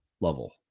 level